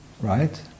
right